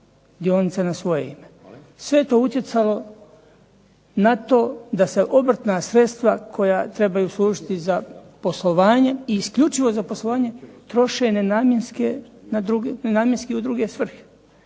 dionice na svoje ime. Sve je to utjecalo na to da se obrtna sredstva koja trebaju služiti za poslovanje i isključivo za poslovanje, troše nenamjenski u druge svrhe.